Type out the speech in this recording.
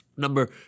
number